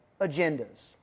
agendas